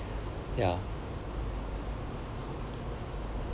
ya